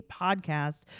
Podcast